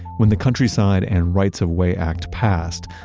when the countryside and rights of way act passed,